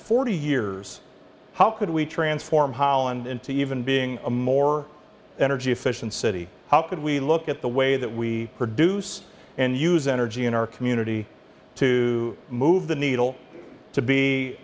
forty years how could we transform holland into even being a more energy efficient city how could we look at the way that we produce and use energy in our community to move the needle to be